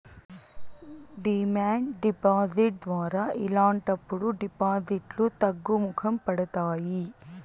demand deposit ద్వారా ఇలాంటప్పుడు డిపాజిట్లు తగ్గుముఖం పడతాయి